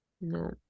No